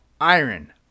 iron